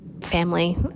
family